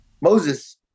Moses